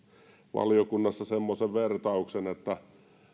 valiokunnassa semmoisen vertauksen että